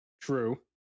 True